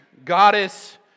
Goddess